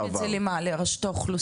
היו מביאים את זה למה, לרשות האוכלוסין?